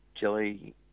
jelly